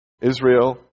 Israel